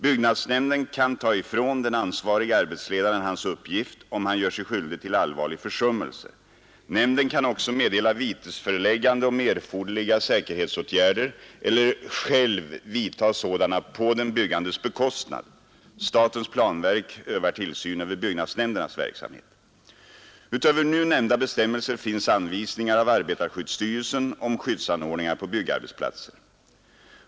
Byggnadsnämnden kan ta ifrån den ansvarige arbetsledaren hans uppgift, om han gör sig skyldig till allvarlig försummelse. Nämnden kan också meddela vitesföreläggande om erforderliga säkerhetsåtgärder eller själv vidta sådana på den byggandes bekostnad. Statens planverk övar tillsyn över byggnadsnämndernas verksamhet. Utöver nu nämnda bestämmelser finns anvisningar av arbetarskyddsstyrelsen om skyddsanordningar på byggarbetsplatser.